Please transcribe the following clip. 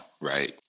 right